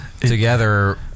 Together